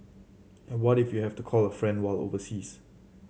and what if you have to call a friend while overseas